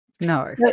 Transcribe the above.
No